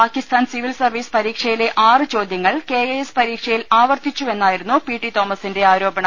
Pakistan civil service പരീക്ഷയിലെ ആറ് ചോദൃങ്ങൾ കെ എ എസ് പരീക്ഷയിൽ ആവർത്തിച്ചുവെന്നായിരുന്നു പി ടി തോമ സിന്റെ ആരോപണം